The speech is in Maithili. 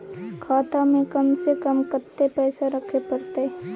खाता में कम से कम कत्ते पैसा रखे परतै?